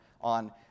on